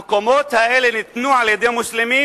המקומות האלה ניתנו על-ידי מוסלמים,